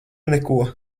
neko